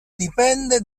dipende